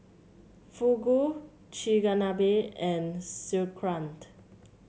Fugu Chigenabe and Sauerkraut